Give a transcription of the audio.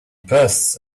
purse